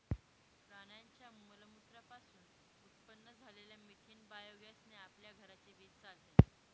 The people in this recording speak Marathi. प्राण्यांच्या मलमूत्रा पासून उत्पन्न झालेल्या मिथेन बायोगॅस ने आपल्या घराची वीज चालते